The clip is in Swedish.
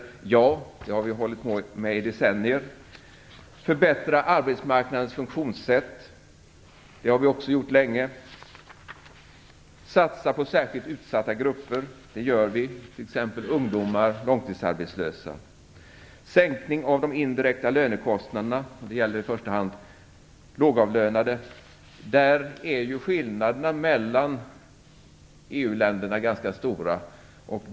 Ja, det har vi hållit på med i decennier. Förbättra arbetsmarknadens funktionssätt. De har vi också gjort länge. Satsa på särskilt utsatta grupper. Det gör vi, t.ex. Sänkning av de indirekta lönekostnaderna. Det gäller i första hand lågavlönade. Skillnaderna mellan EU-länderna är ganska stora.